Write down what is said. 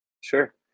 Sure